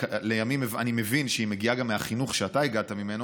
שלימים אני מבין שהיא מגיעה גם מהחינוך שאתה הגעת ממנו,